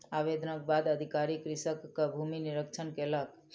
आवेदनक बाद अधिकारी कृषकक भूमि निरिक्षण कयलक